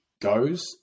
goes